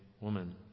woman